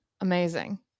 Amazing